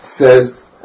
says